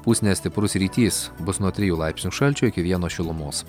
pūs nestiprus rytys bus nuo trijų laipsnių šalčio iki vieno šilumos